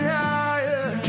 higher